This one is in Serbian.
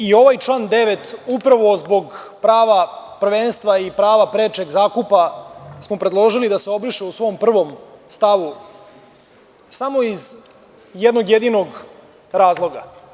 I ovaj član 9. upravo zbog prava prvenstva i prava prečeg zakupa smo predložili da se obriše u svom prvom stavu, samo iz jednog jedinog razloga.